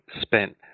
spent